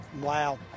Wow